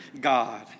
God